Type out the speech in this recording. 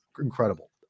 incredible